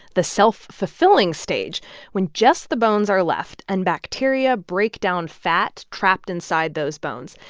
the self-fulfilling stage when just the bones are left, and bacteria break down fat trapped inside those bones.